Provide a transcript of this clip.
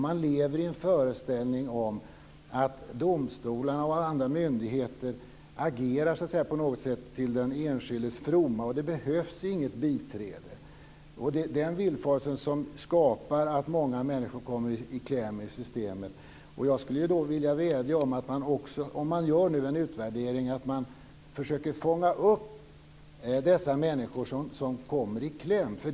Man lever i föreställningen att domstolarna och andra myndigheter på något sätt agerar till den enskildes fromma och att det inte behövs något biträde. Det är den villfarelsen som orsakar att många människor kommer i kläm i systemet. Om man nu gör en utvärdering skulle jag vilja vädja om att man försöker fånga upp dessa människor.